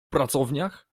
pracowniach